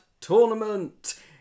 tournament